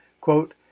quote